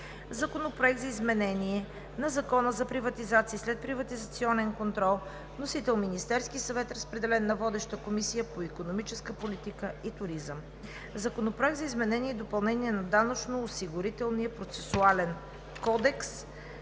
Законопроект за изменение на Закона за приватизация и следприватизационен контрол. Вносител: Министерският съвет. Водеща е Комисията по икономическа политика и туризъм. Законопроект за изменение и допълнение на Данъчно- осигурителния процесуален кодекс.